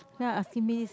then I ask him Miss